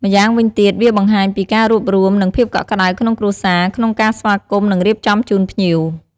ម្យ៉ាងវិញទៀត វាបង្ហាញពីការរួបរួម និងភាពកក់ក្ដៅក្នុងគ្រួសារក្នុងការស្វាគមន៍ និងរៀបចំជូនភ្ញៀវ។